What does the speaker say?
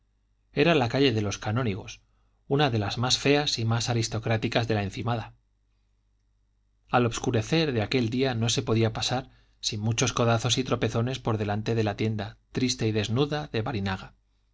era la calle de los canónigos una de las más feas y más aristocráticas de la encimada al obscurecer de aquel día no se podía pasar sin muchos codazos y tropezones por delante de la tienda triste y desnuda